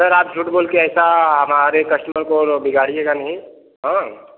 sir आप झूठ बोल के ऐसा हमारे कस्टमर को बिगाड़ीएगा नहीं हाँ